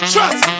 Trust